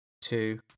two